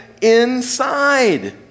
inside